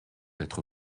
être